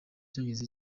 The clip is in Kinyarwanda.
icyongereza